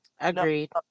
Agreed